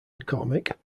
mccormick